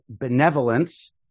benevolence